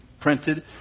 printed